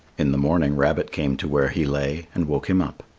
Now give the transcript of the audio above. in the morning rabbit came to where he lay and woke him up.